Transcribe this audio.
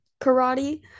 karate